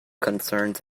concerns